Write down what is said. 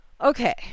Okay